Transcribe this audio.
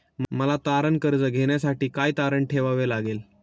मला तारण कर्ज घेण्यासाठी काय तारण ठेवावे लागेल?